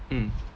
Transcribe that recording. mm